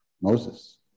Moses